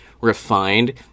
refined